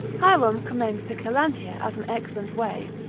hierom commends to celantia as an excellent way,